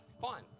fine